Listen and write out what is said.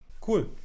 Cool